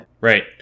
Right